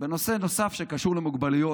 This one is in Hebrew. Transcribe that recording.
בנושא נוסף שקשור למוגבלויות,